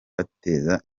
bagateza